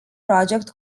project